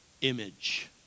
image